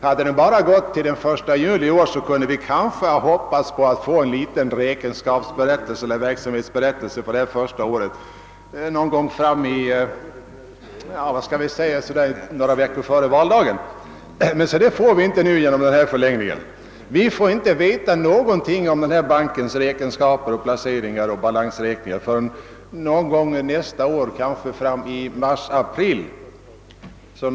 Hade räkenskapsåret bara löpt till den 1 juli i år kunde vi kanske ha hoppats på att få en verksamhetsberättelse för första året några veckor före valdagen. Men det får vi inte på grund av denna förlängning. Vi får inte veta någonting om denna banks räkenskaper, placeringar och balanser förrän kanske i mars— april nästa år.